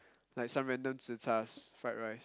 like some random zhichar fried rice